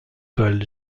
col